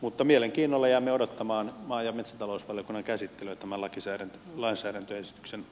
mutta mielenkiinnolla jäämme odottamaan maa ja metsätalousvaliokunnan käsittelyyn omalakiseen lainsäädäntöön se